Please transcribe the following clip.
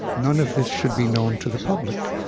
none of this should be known to the public.